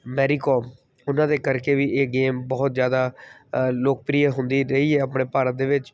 Mary Kom ਉਹਨਾਂ ਦੇ ਕਰਕੇ ਵੀ ਇਹ ਗੇਮ ਬਹੁਤ ਜ਼ਿਆਦਾ ਲੋਕਪ੍ਰਿਯ ਹੁੰਦੀ ਰਹੀ ਹੈ ਆਪਣੇ ਭਾਰਤ ਦੇ ਵਿੱਚ